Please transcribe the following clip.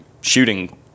shooting